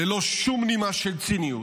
ללא שום נימה של ציניות,